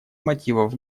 мотивов